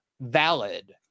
valid